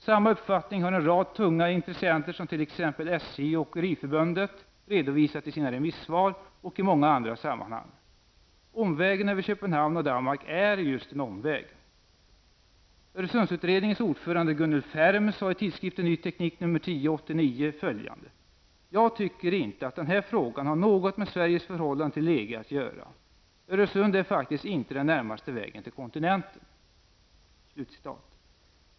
Samma uppfattning har en rad tunga intressenter, som t.ex. SJ och Åkeriförbundet, redovisat i sina remissvar och i många andra sammanhang. Omvägen över Köpenhamn och Danmark är just en omväg. Öresundsutredningens ordförande Gunnel Ferm sade i tidskriften Ny Teknik nr 10/1989 följande: ''Jag tycker inte att den här frågan har något med Sveriges förhållande till EG att göra. Öresund är faktiskt inte den närmaste vägen till kontinenten.''